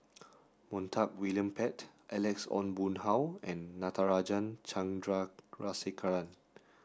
Montague William Pett Alex Ong Boon Hau and Natarajan Chandrasekaran